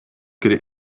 could